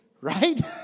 Right